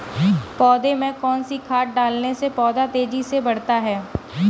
पौधे में कौन सी खाद डालने से पौधा तेजी से बढ़ता है?